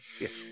Yes